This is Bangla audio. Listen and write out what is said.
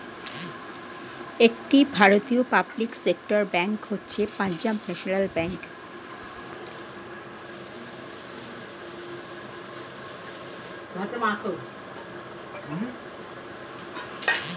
একটি ভারতীয় পাবলিক সেক্টর ব্যাঙ্ক হচ্ছে পাঞ্জাব ন্যাশনাল ব্যাঙ্ক